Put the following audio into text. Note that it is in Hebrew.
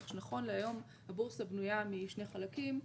כך שנכון להיום הבורסה בנויה משני חלקים.